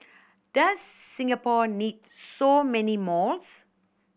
does Singapore need so many malls